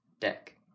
deck